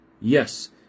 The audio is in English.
Yes